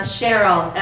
Cheryl